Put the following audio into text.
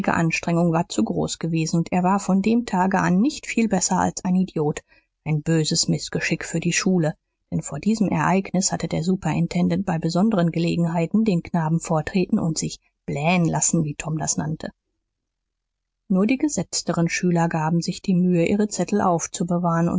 anstrengung war zu groß gewesen und er war von dem tage an nicht viel besser als ein idiot ein böses mißgeschick für die schule denn vor diesem ereignis hatte der superintendent bei besonderen gelegenheiten den knaben vortreten und sich blähen lassen wie tom das nannte nur die gesetzteren schüler gaben sich die mühe ihre zettel aufzubewahren